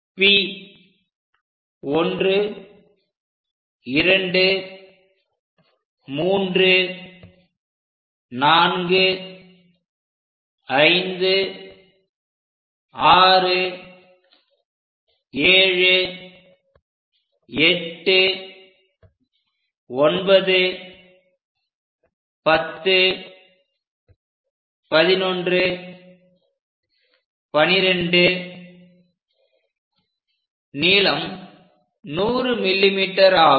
P 1 2 3 4 5 6 7 8 9 10 11 12 ன் நீளம் 100mm ஆகும்